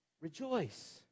Rejoice